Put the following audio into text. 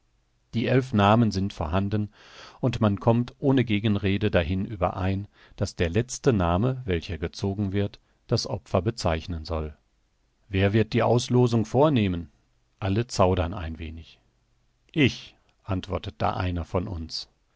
die elf namen sind vorhanden und man kommt ohne gegenrede dahin überein daß der letzte name welcher gezogen wird das opfer bezeichnen soll wer wird die ausloosung vornehmen alle zaudern ein wenig ich antwortet da einer von uns